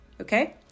okay